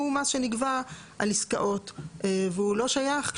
שהוא מס שנגבה על עסקאות והוא לא שייך.